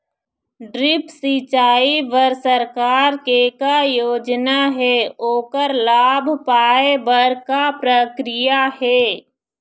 Drip सिचाई बर सरकार के का योजना हे ओकर लाभ पाय बर का प्रक्रिया हे?